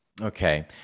Okay